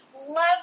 Love